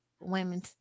women